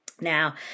Now